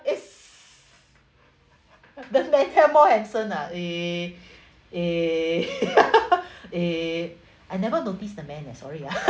it's the men there more handsome ah eh eh eh I never notice the men there sorry ah